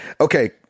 Okay